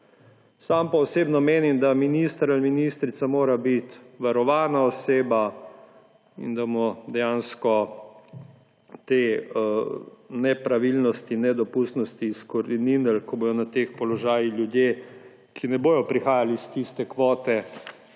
Sam pa osebno menim, da minister ali ministrica mora biti varovana oseba in da bomo dejansko te nepravilnosti, nedopustnosti izkoreninili, ko bodo na teh položajih ljudje, ki ne bodo prihajali iz tiste kvote